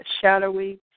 shadowy